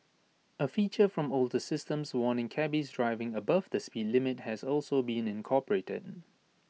A feature from older systems warning cabbies driving above the speed limit has also been incorporated